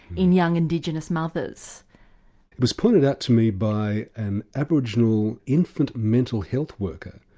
in young indigenous mothers. it was pointed out to me by an aboriginal infant mental health worker,